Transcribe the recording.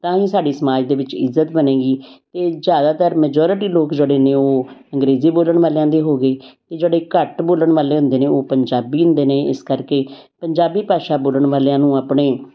ਤਾਂ ਹੀ ਸਾਡੀ ਸਮਾਜ ਦੇ ਵਿੱਚ ਇੱਜ਼ਤ ਬਣੇਗੀ ਇਹ ਜ਼ਿਆਦਾਤਰ ਮਜੋਰਟੀ ਲੋਕ ਜਿਹੜੇ ਨੇ ਉਹ ਅੰਗਰੇਜ਼ੀ ਬੋਲਣ ਵਾਲਿਆਂ ਦੇ ਹੋ ਗਏ ਅਤੇ ਜਿਹੜੇ ਘੱਟ ਬੋਲਣ ਵਾਲੇ ਹੁੰਦੇ ਨੇ ਉਹ ਪੰਜਾਬੀ ਹੁੰਦੇ ਨੇ ਇਸ ਕਰਕੇ ਪੰਜਾਬੀ ਭਾਸ਼ਾ ਬੋਲਣ ਵਾਲਿਆਂ ਨੂੰ ਆਪਣੇ